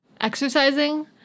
Exercising